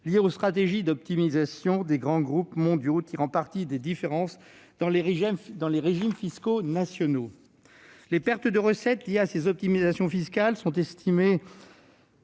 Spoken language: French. liés aux stratégies d'optimisation des grands groupes mondiaux tirant parti des différences entre les régimes fiscaux nationaux. Les pertes de recettes liées à ces optimisations fiscales sont estimées